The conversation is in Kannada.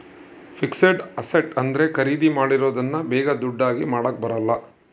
ಫಿಕ್ಸೆಡ್ ಅಸ್ಸೆಟ್ ಅಂದ್ರೆ ಖರೀದಿ ಮಾಡಿರೋದನ್ನ ಬೇಗ ದುಡ್ಡು ಆಗಿ ಮಾಡಾಕ ಬರಲ್ಲ